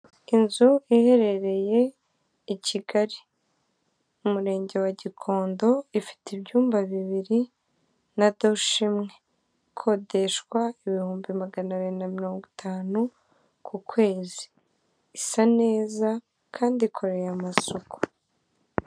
Inzu iherereye i Kigali mu murenge wa Gikondo ifite ibyumba bibiri na dushe imwe, ikodeshwa ibihumbi maganabiri na mirongo itanu ku kwezi isa neza kandi ikoreye amasuku.